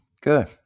Good